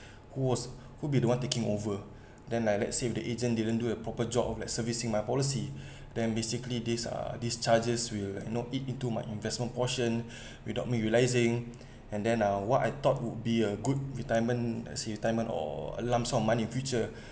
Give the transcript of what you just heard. who was who'll be the one taking over then I let's say the agent didn't do a proper job of like servicing my policy then basically these are these charges will you know eat into my investment portion without me realising and then uh what I thought would be a good retirement as retirement or lump sum of money future